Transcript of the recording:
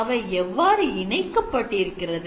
அவை எவ்வாறு இணைக்கப்பட்டிருக்கிறது